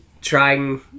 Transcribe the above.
trying